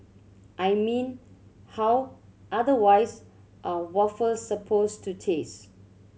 I mean how otherwise are waffles supposed to taste